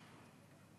ההצעה להעביר את הנושא